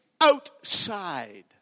outside